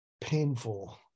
painful